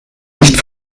nicht